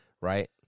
right